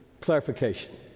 clarification